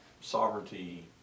Sovereignty